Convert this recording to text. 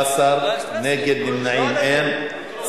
זו שרוצה בטובת העניין ובפתרון,